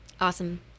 Awesome